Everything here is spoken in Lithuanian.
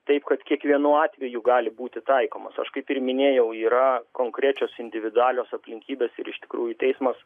taip kad kiekvienu atveju gali būti taikomas aš kaip ir minėjau yra konkrečios individualios aplinkybes ir iš tikrųjų teismas